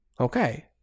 Okay